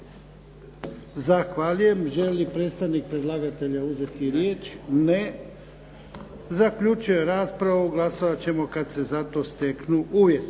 Zahvaljujem. Želi li predstavnik predlagatelja uzeti riječ? Ne. Zaključujem raspravu. Glasovat ćemo kad se za to steknu uvjeti.